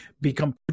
become